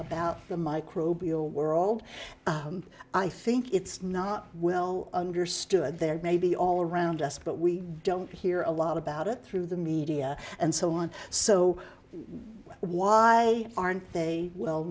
about the microbial world i think it's not will understood there may be all around us but we don't hear a lot about it through the media and so on so why aren't they well